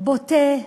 שהוא בוטה,